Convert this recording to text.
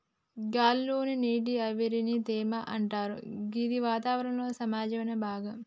గాలి లోని నీటి ఆవిరిని తేమ అంటరు గిది వాతావరణంలో సహజమైన భాగం